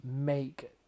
make